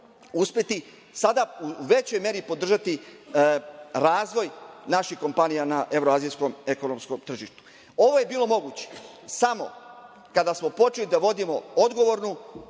uspeti, sada u većoj meri podržati razvoj naših kompanija na evroazijskom ekonomskom tržištu. Ovo je bilo moguće samo kada smo počeli da vodimo odgovornu,